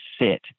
sit